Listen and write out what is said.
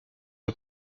une